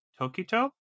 Tokito